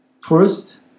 First